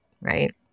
right